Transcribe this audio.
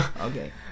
Okay